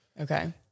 Okay